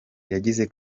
yagize